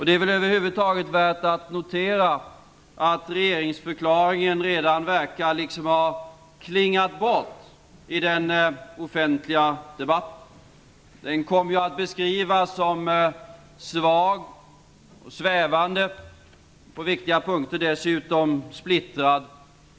Det är väl över huvud taget värt att notera att regeringsförklaringen redan verkar att ha klingat bort i den offentliga debatten. Den kom att beskrivas som svag och svävande samt dessutom på viktiga punkter splittrad.